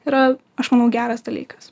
yra aš manau geras dalykas